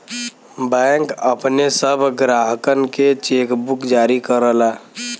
bank अपने सब ग्राहकनके चेकबुक जारी करला